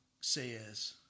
says